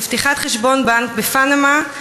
לפתיחת חשבון בנק בפנמה,